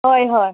हय हय